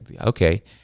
okay